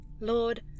Lord